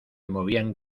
movían